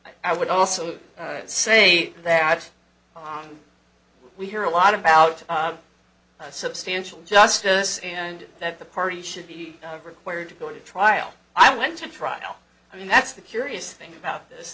motion i would also say that we hear a lot about substantial justice and that the party should be required to go to trial i went to trial i mean that's the curious thing about this